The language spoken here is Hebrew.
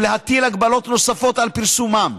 ולהטיל הגבלות נוספות על פרסומם,